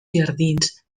jardins